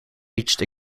reached